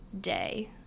day